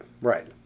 right